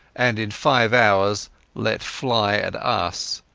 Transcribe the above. and in five hours let fly at us.